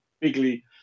bigly